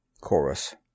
Chorus